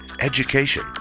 education